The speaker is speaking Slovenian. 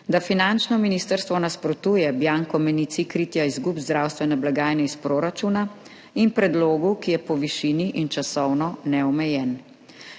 da finančno ministrstvo nasprotuje bianco menici kritja izgub zdravstvene blagajne iz proračuna in predlogu, ki je po višini in časovno neomejen.